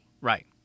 Right